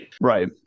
right